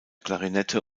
klarinette